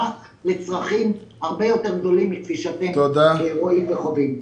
לצרכים הרבה יותר גדולים מכפי שאתם רואים וחווים.